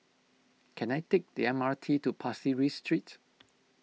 can I take the M R T to Pasir Ris Street